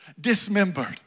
dismembered